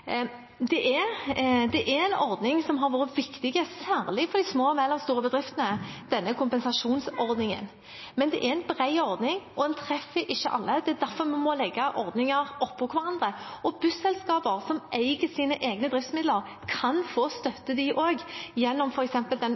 det å eie selv. Denne kompensasjonsordningen er en ordning som har vært viktig særlig for de små og mellomstore bedriftene, men det er en bred ordning, og den treffer ikke alle. Det er derfor vi må legge ordninger oppå hverandre. Busselskaper som eier sine egne driftsmidler, kan få støtte de også, gjennom f.eks. den